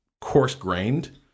coarse-grained